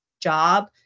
job